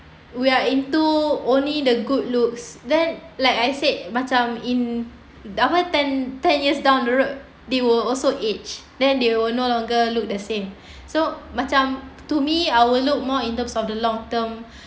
we are into only the good looks then like I said macam in apa ten ten years down the road they will also age then they will no longer look the same so macam to me I will look more in terms of the long term